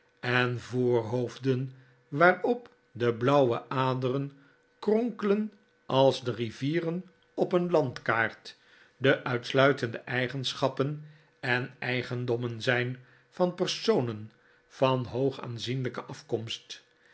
en voorhoofden waarop de blauwe aderen kronkelen als de rivieren op een landkaart de uitsluitende eigenschappen en eigendommen zijn van personen van hoog aanzienlijke afkomst